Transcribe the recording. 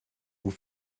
vous